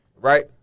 Right